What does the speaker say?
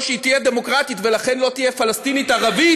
או שהיא תהיה דמוקרטית ולכן לא תהיה פלסטינית ערבית,